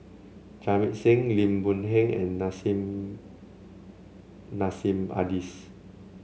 Jamit Singh Lim Boon Heng and Nissim Nassim Adis